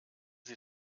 sie